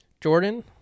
Jordan